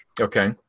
Okay